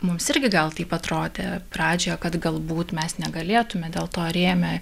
mums irgi gal taip atrodė pradžioje kad galbūt mes negalėtume dėl to ir ėjome